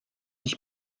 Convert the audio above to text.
ich